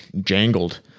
jangled